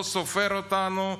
לא סופר אותנו.